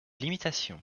limitations